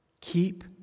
keep